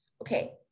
okay